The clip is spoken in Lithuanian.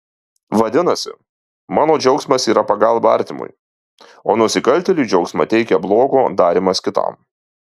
vadinasi mano džiaugsmas yra pagalba artimui o nusikaltėliui džiaugsmą teikia blogo darymas kitam